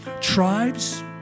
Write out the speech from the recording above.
tribes